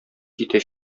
китә